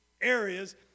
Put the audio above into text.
areas